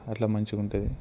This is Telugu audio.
అట్లా మంచిగా ఉంటుంది